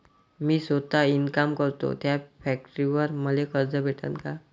मी सौता इनकाम करतो थ्या फॅक्टरीवर मले कर्ज भेटन का?